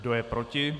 Kdo je proti?